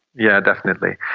yeah, definitely.